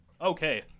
Okay